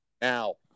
now